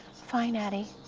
fine, addie.